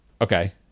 Okay